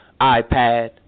iPad